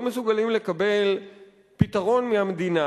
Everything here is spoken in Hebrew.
לא מסוגלים לקבל פתרון מהמדינה,